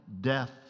death